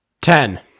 Ten